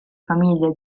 famiglia